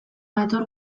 hator